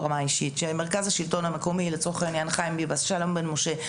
כשמרכז השלטון המקומי - חיים ביבס, שלום בן משה,